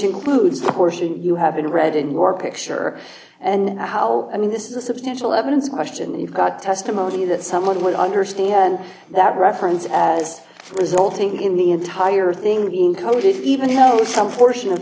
includes a portion you haven't read in your picture and how i mean this is a substantial evidence question you've got testimony that someone would understand that reference as resulting in the entire thing being coded even hell some portion of